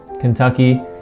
Kentucky